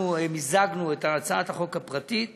אנחנו מיזגנו את הצעת החוק הפרטית